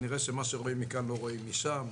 כנראה שמה שרואים מכאן לא רואים משם.